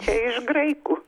čia iš graikų